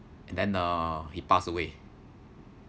and then uh he passed away